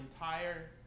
entire